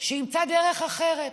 שימצא דרך אחרת: